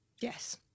Yes